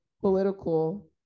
political